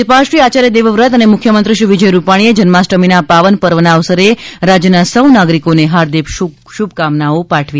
રાજ્યપાલશ્રી આચાર્ય દેવવ્રત અને મુખ્યમંત્રી શ્રી વિજય રૂપાણીએ જન્માષ્ટમીના પાવન પર્વના અવસરે રાજ્યના સૌ નાગરિકોને હાર્દિક શુભકામનાઓ પાઠવી છે